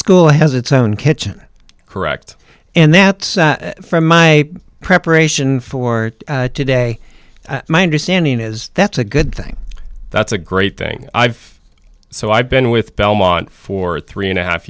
school has its own kitchen correct and that from my preparation for today my understanding is that's a good thing that's a great thing i've so i've been with belmont for three and a half